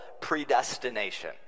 predestination